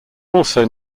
also